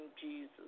Jesus